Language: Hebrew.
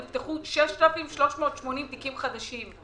נפתחו 6,380 תיקים חדשים.